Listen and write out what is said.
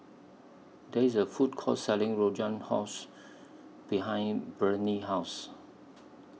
There IS A Food Court Selling Rogan Josh behind Breanne's House